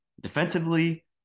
Defensively